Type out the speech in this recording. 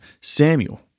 Samuel